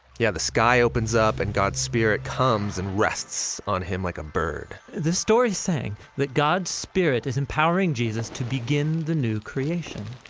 yeah, the sky opens up and god's spirit comes and rests on him like a bird. the story sang that god's spirit is empowering jesus to begin the new creation.